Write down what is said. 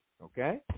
Okay